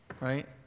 Right